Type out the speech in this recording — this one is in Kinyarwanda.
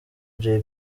jay